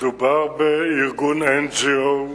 מדובר בארגון NGO,